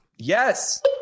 Yes